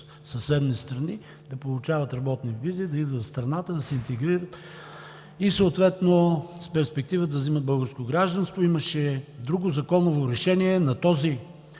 съседни страни да получават работни визи, да идват в страната, да се интегрират и съответно с перспектива да вземат българско гражданство. Имаше друго законово решение на този